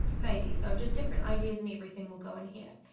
maybe! so, just different ideas and everything will go in here.